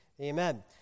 Amen